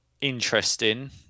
interesting